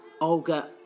Olga